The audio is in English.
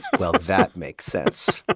well, that makes sense.